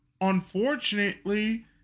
unfortunately